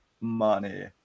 money